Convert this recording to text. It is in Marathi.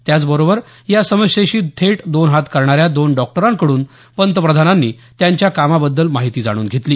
त्याचबरोबर या समस्येशी थेट दोन हात करणाऱ्या दोन डॉक्टरांकडून पंतप्रधानांनी त्यांच्या कामाबद्दल माहिती जाणून घेतली